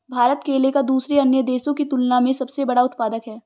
भारत केले का दूसरे अन्य देशों की तुलना में सबसे बड़ा उत्पादक है